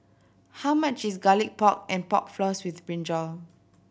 how much is Garlic Pork and Pork Floss with brinjal